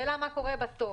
השאלה מה קורה בסוף.